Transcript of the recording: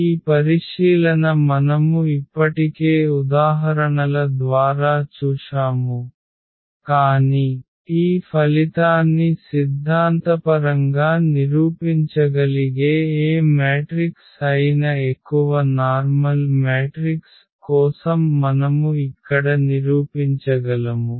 ఈ పరిశీలన మనము ఇప్పటికే ఉదాహరణల ద్వారా చూశాము కాని ఈ ఫలితాన్ని సిద్ధాంతపరంగా నిరూపించగలిగే ఏ మ్యాట్రిక్స్ అయిన ఎక్కువ సాధారణ మ్యాట్రిక్స్ కోసం మనము ఇక్కడ నిరూపించగలము